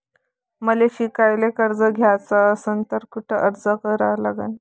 मले शिकायले कर्ज घ्याच असन तर कुठ अर्ज करा लागन?